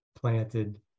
planted